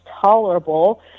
tolerable